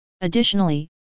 Additionally